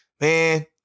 man